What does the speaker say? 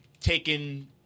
taken